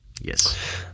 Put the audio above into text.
Yes